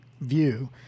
view